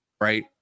right